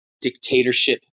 dictatorship